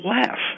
laugh